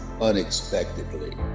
unexpectedly